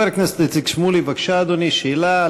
חבר הכנסת איציק שמולי, בבקשה, אדוני, שאלה.